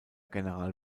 general